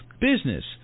business